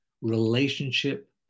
Relationship